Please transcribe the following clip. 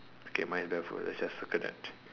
okay mine is barefoot let's just circle that